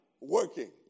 working